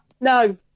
no